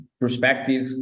perspective